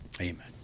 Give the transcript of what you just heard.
amen